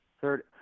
Third